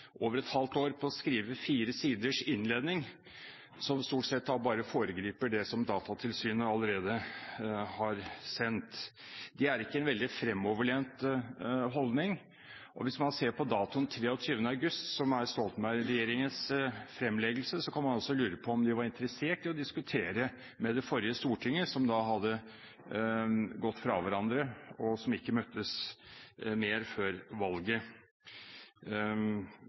over et halvt år på å skrive fire sider innledning, som stort sett bare foregriper det som Datatilsynet allerede har sendt. Dette er ikke en veldig fremoverlent holdning. Hvis man ser på datoen 23. august, som er datoen for Stoltenberg-regjeringens fremleggelse, kan man lure på om de var interessert i å diskutere med det forrige storting, som da hadde gått fra hverandre, og som ikke møttes mer før valget.